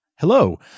hello